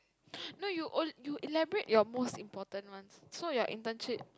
no you you elaborate your most important ones so your internship